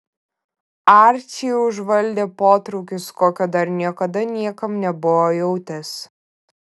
arčį užvaldė potraukis kokio dar niekada niekam nebuvo jautęs